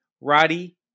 Roddy